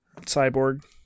Cyborg